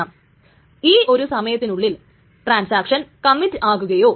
അതിനുള്ള കാരണം എന്തെന്നാൽ മറ്റ് ചെറിയ ടൈംസ്റ്റാമ്പ്കൾ തുടർന്ന് വന്നുകൊണ്ടേയിരിക്കും